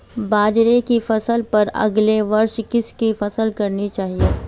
बाजरे की फसल पर अगले वर्ष किसकी फसल करनी चाहिए?